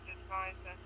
advisor